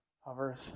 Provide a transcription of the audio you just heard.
hovers